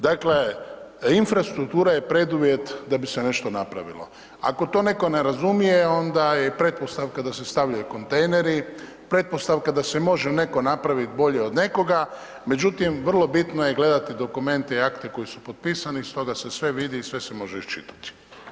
Dakle, infrastruktura je preduvjet da bi se nešto napravilo, ako to neko ne razumije onda je pretpostavka da se stavljaju kontejneri, pretpostavka da se može neko napravit bolje od nekoga, međutim vrlo bitno je gledati dokumente i akte koji su potpisani iz toga se sve vidi i sve se može iščitati.